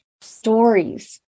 stories